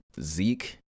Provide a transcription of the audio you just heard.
zeke